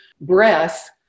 breath